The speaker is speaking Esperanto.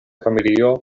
familio